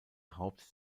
haupt